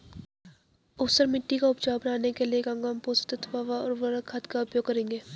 ऊसर मिट्टी को उपजाऊ बनाने के लिए कौन कौन पोषक तत्वों व उर्वरक खाद का उपयोग करेंगे?